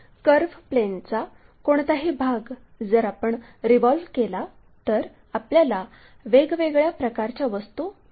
आणि कर्व प्लेनचा कोणताही भाग जर आपण रिव्हॉल्व केला तर आपल्याला वेगवेगळ्या प्रकारच्या वस्तू मिळतील